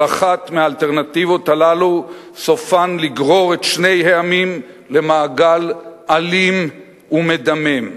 כל אחת מהאלטרנטיבות הללו סופן לגרור את שני העמים למעגל אלים ומדמם,